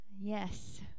yes